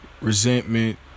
resentment